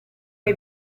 hai